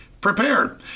prepared